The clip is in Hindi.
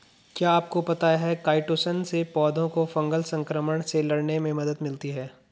क्या आपको पता है काइटोसन से पौधों को फंगल संक्रमण से लड़ने में मदद मिलती है?